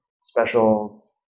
special